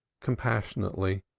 compassionately,